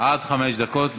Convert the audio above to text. עד חמש דקות.